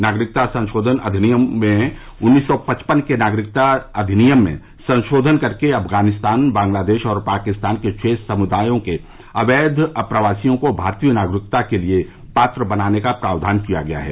नागरिकता संशोधन अधिनियम में उन्नीस सौ पचपन के नागरिकता अधिनियम में संशोधन करके अफगानिस्तान बांग्लादेश और पाकिस्तान के छह समुदायों के अवैघ अप्रवासियों को भारतीय नागरिकता के लिए पात्र बनाने का प्रावधान किया गया है